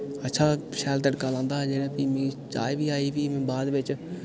अच्छा शैल तड़का लांदा हा जेह्ड़ा कि मिकी जाच बी आई गेदी बाद बिच्च